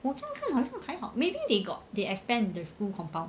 我这样看好像还好 maybe they got they expand the school compound